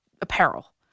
apparel